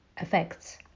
effects